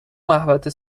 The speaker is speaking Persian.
محوطه